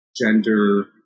gender